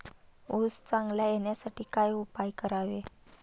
ऊस चांगला येण्यासाठी काय उपाय करावे?